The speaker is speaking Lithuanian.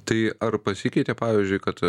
tai ar pasikeitė pavyzdžiui kad